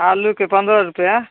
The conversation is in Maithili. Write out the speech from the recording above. आलूके पनरह रुपैआ